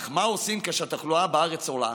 אך מה עושים כשהתחלואה בארץ עולה?